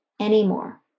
anymore